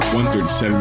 1.37